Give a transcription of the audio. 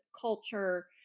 culture